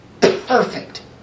Perfect